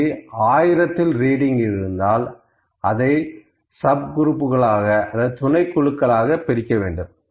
அப்படி ஆயிரத்தில் ரீடிங் இருந்தால் அதை துணை குழுக்களாக பிரிக்க வேண்டும்